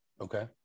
Okay